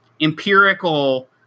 empirical